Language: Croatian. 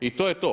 I to je to.